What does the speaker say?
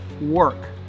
work